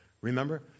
Remember